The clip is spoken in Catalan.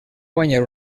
guanyar